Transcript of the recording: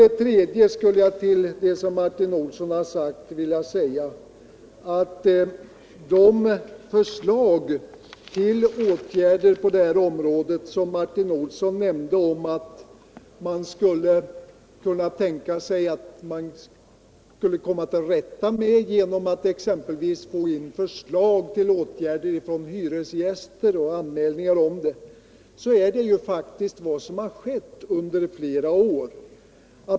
Den tredje sak jag skulle vilja yttra till Martin Olsson är att de förslag till åtgärder på det här området som han nämnde såsom exempel på vad man skulle kunna tänka sig, exempelvis att begära in förslag och anmälningar från hyresgäster, faktiskt har förekommit under fera år.